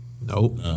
Nope